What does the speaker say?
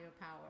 power